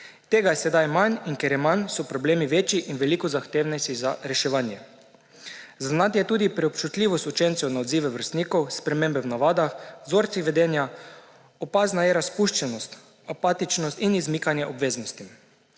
Tega je sedaj manj in so problemi večji in veliko zahtevnejši za reševanje. Zaznati je tudi preobčutljivost učencev na odzive vrstnikov, spremembe v navadah, vzorci vedenja, opazna je razpuščenost, apatičnost in izmikanje obveznostim.